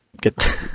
get